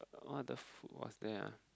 uh what are the food was there ah